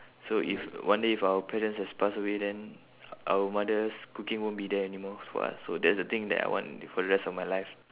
so if one day if our parents has passed away then our mother's cooking won't be there anymore for us so that's the thing that I want for the rest of my life